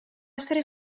essere